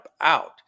out